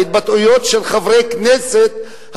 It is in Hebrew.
ההתבטאויות של חברי כנסת,